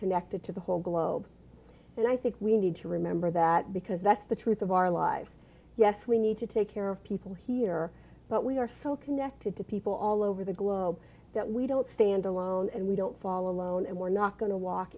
connected to the whole globe and i think we need to remember that because that's the truth of our life yes we need to take care of people here but we are so connected to people all over the globe that we don't stand alone and we don't follow alone and we're not going to walk